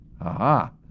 Aha